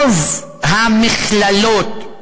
רוב המכללות,